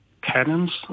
cannons